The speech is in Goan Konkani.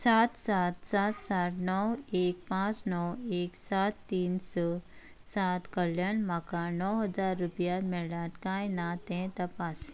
सात सात सात साठ णव एक पांच णव एक सात एक तीन सात कडल्यान म्हाका णव हजार रुपया मेळ्यात काय ना तें तपास